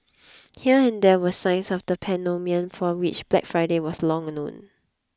here and there were signs of the pandemonium for which Black Friday was long known